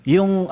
Yung